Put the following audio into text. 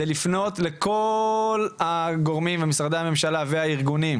זה לפנות לכל הגורמים במשרדי הממשלה והארגונים,